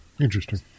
Interesting